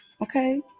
okay